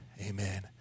amen